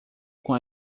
com